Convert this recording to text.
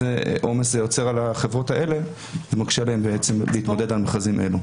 זה מקשה עליהן להתמודד על מכרזים אלה.